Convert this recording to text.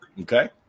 Okay